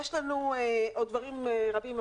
יש לנו עוד דברים רבים,